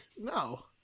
No